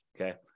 Okay